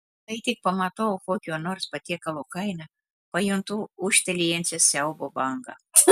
kai tik pamatau kokio nors patiekalo kainą pajuntu ūžtelėjančią siaubo bangą